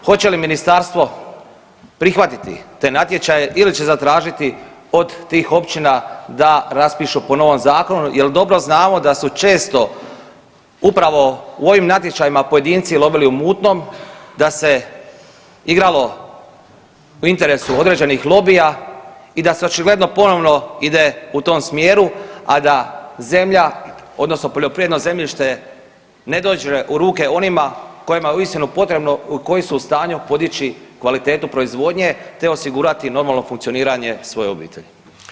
Hoće li ministarstvo prihvatiti te natječaje ili će zatražiti od tih općina da raspišu po novom zakonu jel dobro znamo da su često upravo u ovim natječajima pojedinci lovili u mutnom, da se igralo u interesu određenih lobija i da se očigledno ponovno ide u tom smjeru, a da zemlja odnosno poljoprivredno zemljište ne dođe u ruke onima kojima je uistinu potrebno, koji su u stanju podići kvalitetu proizvodnje, te osigurati normalno funkcioniranje svoje obitelji.